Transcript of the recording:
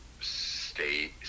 stay